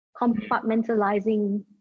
compartmentalizing